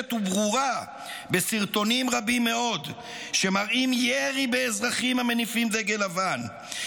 מתמשכת וברורה בסרטונים רבים מאוד שמראים ירי באזרחים" המניפים דגל לבן,